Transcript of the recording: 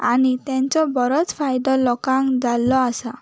आनी तेंचो बरोच फायदो लोकांक जाल्लो आसा